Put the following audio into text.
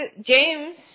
James